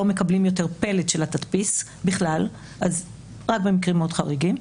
מקבלים יותר פלט של התדפיס; רק במקרים מאוד חריגים.